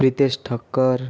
Pritesh Thakkar